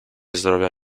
zdrowia